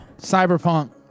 Cyberpunk